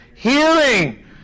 Hearing